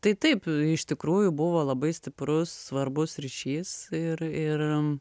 tai taip iš tikrųjų buvo labai stiprus svarbus ryšys ir ir